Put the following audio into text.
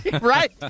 right